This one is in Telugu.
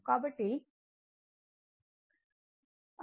కాబట్టి Ir 5